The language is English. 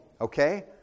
Okay